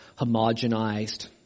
homogenized